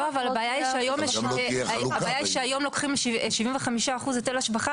הבעיה היא שהיום לוקחים 75% היטל השבחה